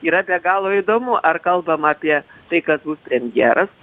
yra be galo įdomu ar kalbama apie tai kas bus premjeras